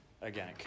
again